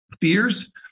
fears